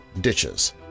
ditches